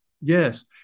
Yes